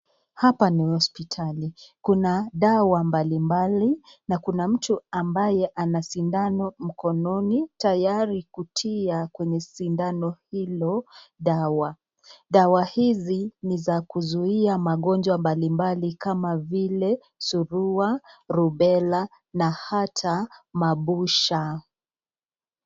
Hapa ni hospitali. Kuna dawa mbalimbali na kuna mtu ambaye ana sindano mkononi tayari kutia kwenye sindano hilo dawa. Dawa hizi ni za kuzuia magonjwa mbalimbali kama vile Surua, Rubella na hata Mabusha